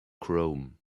chrome